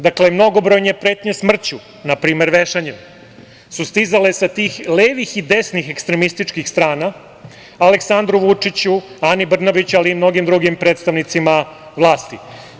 Dakle, mnogobrojne pretnje smrću, na primer vešanjem, su stizale sa tih levih i desnih ekstremističkih strana Aleksandru Vučiću, Ani Brnabić i mnogim drugim predstavnicima vlasti.